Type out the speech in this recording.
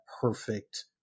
perfect